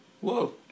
Whoa